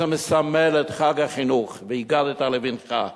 מסמל את חג החינוך: "והגדת לבנך".